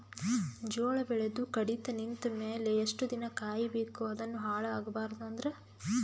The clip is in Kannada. ಜೋಳ ಬೆಳೆದು ಕಡಿತ ನಿಂತ ಮೇಲೆ ಎಷ್ಟು ದಿನ ಕಾಯಿ ಬೇಕು ಅದನ್ನು ಹಾಳು ಆಗಬಾರದು ಅಂದ್ರ?